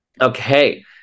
Okay